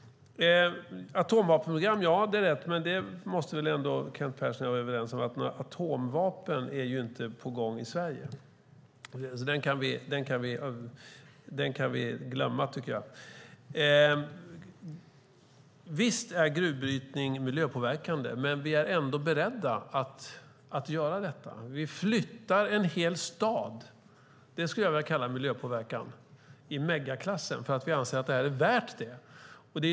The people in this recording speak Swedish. Atomvapenprogram - ja, det fanns, men Kent Persson och jag måste väl vara överens om att det inte är någon utveckling av atomvapen på gång i Sverige. Det kan vi glömma, tycker jag. Visst är gruvbrytning miljöpåverkande, men vi är ändå beredda att göra det. Vi flyttar en hel stad - det skulle jag vilja kalla miljöpåverkan i megaklass - för att vi anser det vara värt att flytta den.